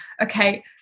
okay